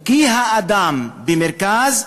כי האדם במרכז.